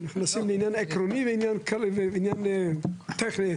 נשים עניין עקרוני ונשים עניין טכני.